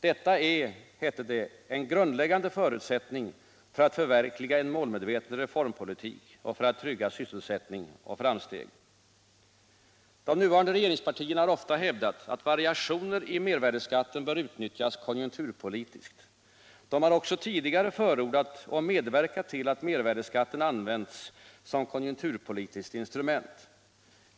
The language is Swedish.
Detta är — hette det — en grundläggande förutsättning för att förverkliga en målmedveten reformpolitik och för att trygga sysselsättning och framsteg. De nuvarande regeringspartierna har ofta hävdat att variationer i mervärdeskatten bör utnyttjas konjunkturpolitiskt. De har också tidigare förordat och medverkat till att mervärdeskatten använts som konjunkturpolitiskt instrument.